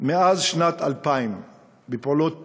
מאז שנת 2000 בפעולות פשע.